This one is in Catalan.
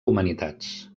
humanitats